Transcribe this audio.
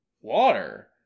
water